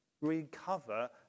recover